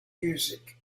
music